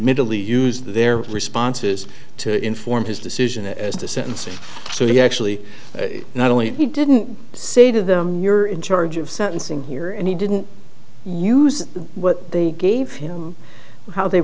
admittedly use their responses to inform his decision as to sentencing so he actually not only he didn't say to them you're in charge of sentencing here and he didn't use what they gave him how they